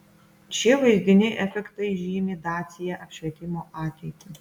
šie vaizdiniai efektai žymi dacia apšvietimo ateitį